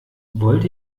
wollt